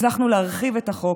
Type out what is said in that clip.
הצלחנו להרחיב את החוק,